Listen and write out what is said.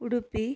Udupi